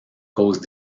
cause